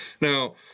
Now